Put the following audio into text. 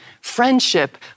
friendship